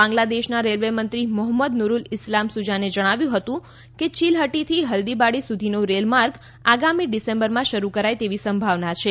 બાંગ્લાદેશના રેલવેમંત્રી મોહમ્મદ નુરુલ ઈસ્લામ સુજાને જણાવ્યું હતુ કે ચીલહટીથી હલદીબાડી સુધીનો રેલ માર્ગ આગામી ડિસેમ્બરમાં શરૂ કરાય તેવી સંભાવના છે